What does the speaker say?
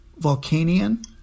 Volcanian